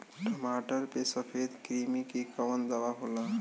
टमाटर पे सफेद क्रीमी के कवन दवा होला?